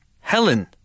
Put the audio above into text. Helen